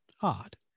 odd